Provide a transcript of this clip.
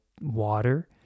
water